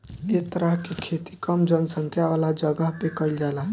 ए तरह के खेती कम जनसंख्या वाला जगह पे कईल जाला